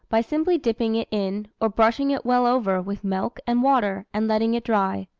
by simply dipping it in, or brushing it well over with, milk and water, and letting it dry.